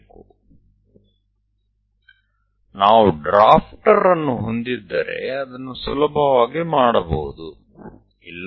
તો જો આપણી પાસે ડ્રાફ્ટર હોય તો તે સરખામણીમાં સરળ છે